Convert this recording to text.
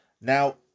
Now